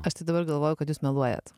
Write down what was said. aš tai dabar galvoju kad jūs meluojate